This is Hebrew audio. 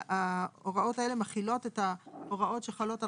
ההוראות האלה מחילות את ההוראות שחלות על